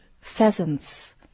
pheasants